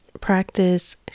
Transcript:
Practice